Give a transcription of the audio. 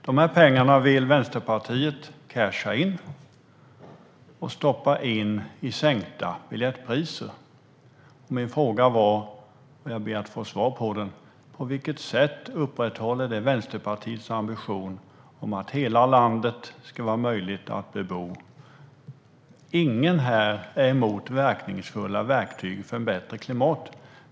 Dessa pengar vill Vänsterpartiet casha in och stoppa in i sänkta biljettpriser. Min fråga, som jag ber att få svar på, var: På vilket sätt upprätthåller det Vänsterpartiets ambition att hela landet ska vara möjligt att bebo? Ingen här är emot verkningsfulla verktyg för ett bättre klimat.